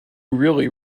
really